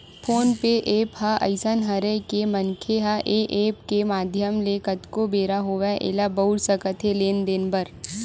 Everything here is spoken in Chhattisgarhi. फोन पे ऐप ह अइसन हरय के मनखे ह ऐ ऐप के माधियम ले कतको बेरा होवय ऐला बउर सकत हे लेन देन बर